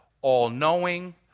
all-knowing